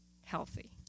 Healthy